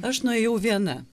aš nuėjau viena